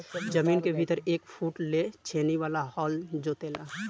जमीन के भीतर एक फुट ले छेनी वाला हल जोते ला